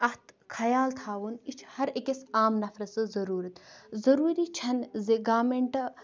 اَتھ خیال تھاوُن یہِ چھِ ہر أکِس عام نفرٕ سٕنٛز ضٔروٗرت ضٔروٗری چھَنہٕ زِ گارمٮ۪نٛٹ